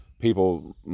people